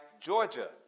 Georgia